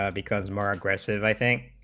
ah because more aggressive i think